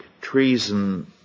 treason